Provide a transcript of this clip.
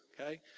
okay